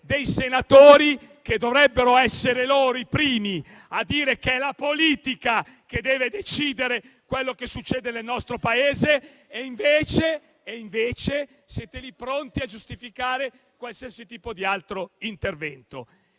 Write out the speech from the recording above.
dei senatori che dovrebbero essere i primi a dire che è la politica che deve decidere quello che succede nel nostro Paese e invece siete lì pronti a giustificare interventi